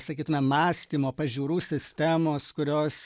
sakytume mąstymo pažiūrų sistemos kurios